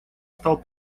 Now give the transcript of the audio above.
стал